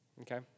okay